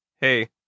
hey